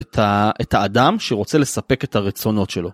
את האדם שרוצה לספק את הרצונות שלו.